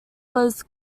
was